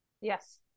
Yes